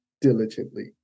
diligently